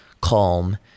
calm